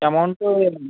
amount